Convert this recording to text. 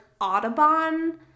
Audubon